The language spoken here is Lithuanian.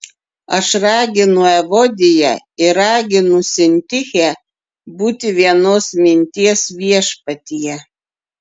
aš raginu evodiją ir raginu sintichę būti vienos minties viešpatyje